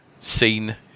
seen